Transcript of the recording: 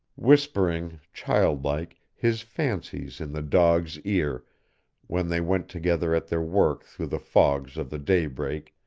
whispering, childlike, his fancies in the dog's ear when they went together at their work through the fogs of the daybreak,